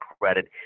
Credit